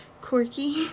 quirky